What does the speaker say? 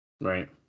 Right